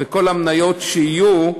וכל המניות שיהיו,